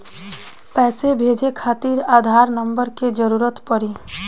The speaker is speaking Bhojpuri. पैसे भेजे खातिर आधार नंबर के जरूरत पड़ी का?